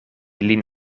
lin